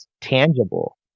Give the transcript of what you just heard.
tangible